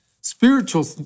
spiritual